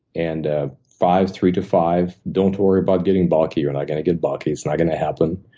and ah five, three to five, don't worry about getting bulkier. you're not gonna get bulky. it's not gonna happen.